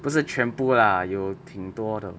不是全部 lah 有挺多的